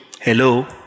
hello